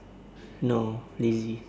no lazy